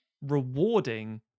rewarding